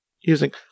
using